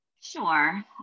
Sure